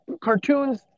Cartoons